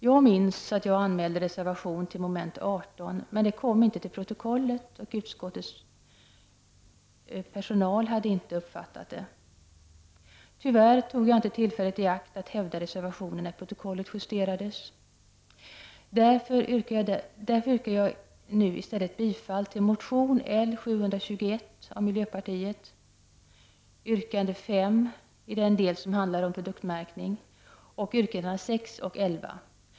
Jag minns att jag anmälde reservation till mom. 18, men utskottets personal hade inte uppfattat det, och det kom inte till protokollet. Tyvärr tog jag inte tillfället i akt att hävda reservationen när protokollet justerades. Därför yrkar jag nu i stället bifall till motion L721 av miljöpartiet, yrkande 5 i den del som handlar om produktmärkning och yrkandena 6 och 11.